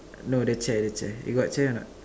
no the chair the chair you got chair or not